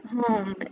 home